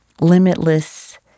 limitless